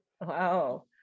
Wow